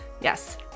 Yes